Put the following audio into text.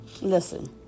Listen